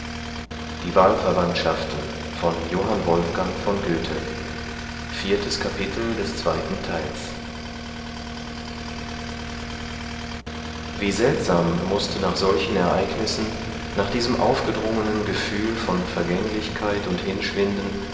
verborgen liegt viertes kapitel wie seltsam mußte nach solchen ereignissen nach diesem aufgedrungenen gefühl von vergänglichkeit und hinschwinden